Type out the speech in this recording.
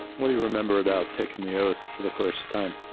what do you remember about taking the oath for the first time?